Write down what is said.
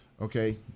Okay